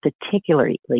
particularly